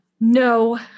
No